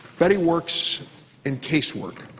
betty works in casework.